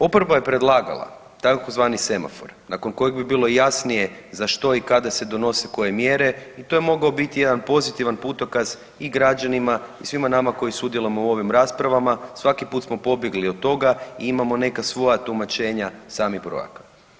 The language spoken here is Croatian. Oporba je predlagala tzv. semafor nakon kojeg bi bilo jasnije za što i kada se donose koje mjere i to je mogao biti jedan pozitivan putokaz i građanima i svima nama koji sudjelujemo u ovim rasprava, svaki put smo pobjegli od toga i imamo neka svoja tumačenja samih brojaka.